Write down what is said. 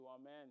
Amen